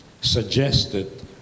suggested